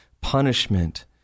punishment